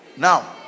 Now